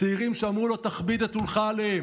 שאמרו לו: תכביד את עולך עליהם,